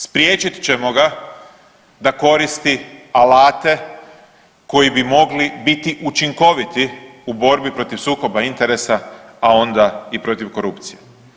Spriječit ćemo ga da koristi alate koji bi mogli biti učinkoviti u borbi protiv sukoba interesa, a onda i protiv korupcije.